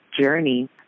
journey